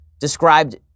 described